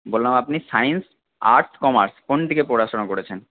বললাম আপনি science arts commerce কোনদিকে পড়াশোনা করেছেন